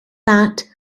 that